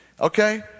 Okay